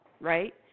right